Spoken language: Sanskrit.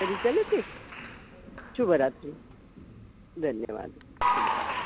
तर्हि चलति शुभरात्रिः धन्यवादः शुभरात्रिः